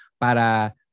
para